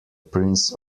prince